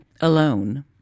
alone